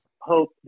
hope